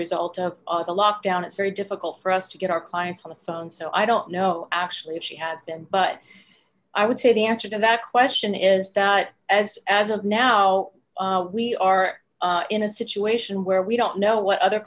result of the lockdown it's very difficult for us to get our clients on the phone so i don't know actually if she has been but i would say the answer to that question is that as as of now we are in a situation where we don't know what other